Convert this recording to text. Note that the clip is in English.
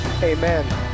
Amen